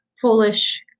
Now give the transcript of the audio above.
Polish